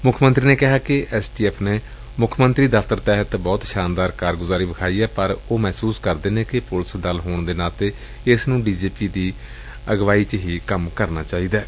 ਮੁੱਖ ਮੰਤਰੀ ਨੇ ਕਿਹਾ ਕਿ ਐਸ ਟੀ ਐਫ਼ ਨੇ ਮੁੱਖ ਮੰਤਰੀ ਦਫ਼ਤਰ ਤਹਿਤ ਬਹੁਤ ਸ਼ਾਨਦਾਰ ਕਾਰਗੁਜਾਰੀ ਵਿਖਾਈ ਏ ਪਰ ਉਹ ਮਹਿਸੂਸ ਕਰਦੇ ਨੇ ਪੁਲਿਸ ਦਲ ਹੋਣ ਦੇ ਨਾਤੇ ਇਸ ਨੂੰ ਡੀ ਜੀ ਪੀ ਦੀ ਅਗਵਾਈ ਚ ਹੀ ਕੰਮ ਕਰਨਾ ਚਾਹੀਦੈ